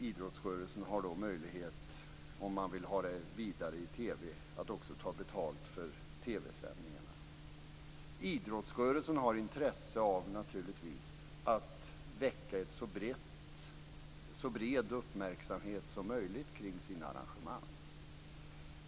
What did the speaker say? Idrottsrörelsen har också möjlighet, om man vill sprida sitt arrangemang vidare i TV, att ta betalt för TV-sändningarna. Idrottsrörelsen har naturligtvis intresse av att väcka så bred uppmärksamhet som möjligt kring sina arrangemang.